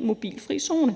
mobilfri zone.